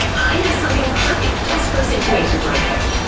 i have something perfect just for situations like this,